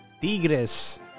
Tigres